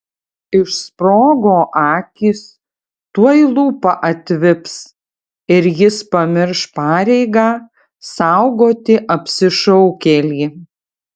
išsprogo akys tuoj lūpa atvips ir jis pamirš pareigą saugoti apsišaukėlį